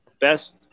best